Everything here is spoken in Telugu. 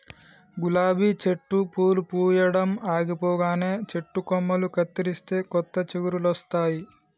గులాబీ చెట్టు పూలు పూయడం ఆగిపోగానే చెట్టు కొమ్మలు కత్తిరిస్తే కొత్త చిగురులొస్తాయి